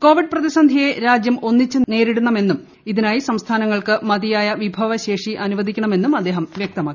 Covid പ്രതിസന്ധിയെ രാജ്യം ഒന്നിച്ചു നേരിടണമെന്നും ഇതിനായി സംസ്ഥാനങ്ങൾക്ക് മതിയായ വിഭവശേഷി അനുവദിക്കണമെന്നും അദ്ദേഹം വ്യക്തമാക്കി